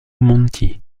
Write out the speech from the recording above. monti